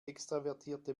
extravertierte